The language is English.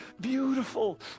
beautiful